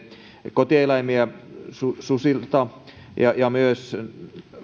kotieläimien suojaamiseen susilta ja ja myös